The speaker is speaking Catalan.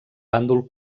bàndol